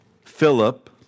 Philip